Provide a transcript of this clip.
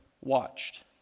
watched